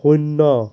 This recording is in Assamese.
শূন্য